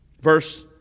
Verse